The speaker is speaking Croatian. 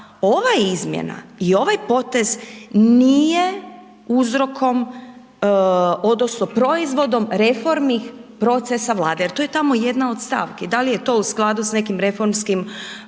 ova izmjena i ovaj potez nije uzrokom odnosno reformnih procesa Vlade jer to je tamo jedna od stavki, da li je to u skladu sa nekim reformskim procesima